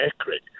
accurate